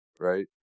right